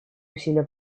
усилия